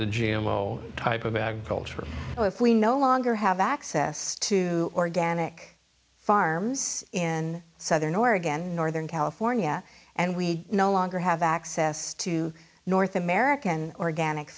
the g m o type of agriculture so if we no longer have access to organic farms in southern oregon northern california and we no longer have access to north american organic